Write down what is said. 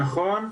נכון,